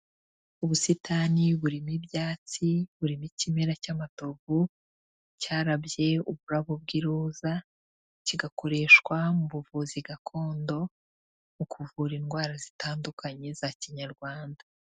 Ubusitani burimo ibyatsi, burimo ikimera cy'amatovu cyarabye ubwarabo bw'iroza, kigakoreshwa mu buvuzi gakondo, mu kuvura indwara zitandukanye, za Kinyarwanda.